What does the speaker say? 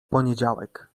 poniedziałek